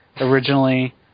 originally